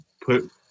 put